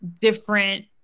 different